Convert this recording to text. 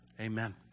Amen